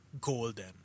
golden